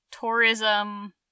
tourism